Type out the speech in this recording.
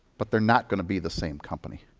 but they're not going to be the same company.